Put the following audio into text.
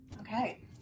Okay